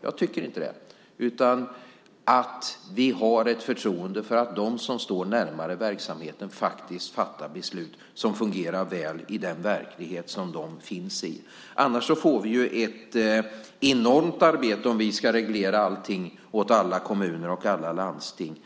Jag tycker inte det. Vi har ett förtroende för att de som står närmare verksamheten faktiskt kan fatta beslut som fungerar väl i den verklighet som de finns i. Annars får vi ett enormt arbete om vi ska reglera allting åt alla kommuner och alla landsting.